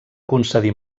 concedir